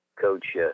coach